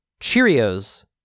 Cheerios